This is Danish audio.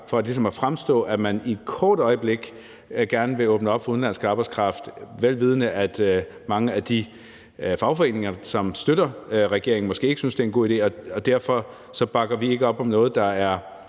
at fremstå, som om man i et kort øjeblik gerne vil åbne op for udenlandsk arbejdskraft, vel vidende at mange af de fagforeninger, som støtter regeringen, måske ikke synes, det er en god idé. Derfor bakker vi ikke op om noget, der er